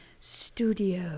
studio